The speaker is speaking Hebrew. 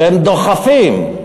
שהם דוחפים.